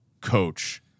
coach